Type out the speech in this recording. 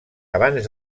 abans